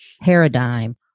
paradigm